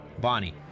Bonnie